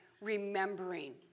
remembering